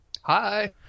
Hi